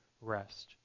rest